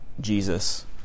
Jesus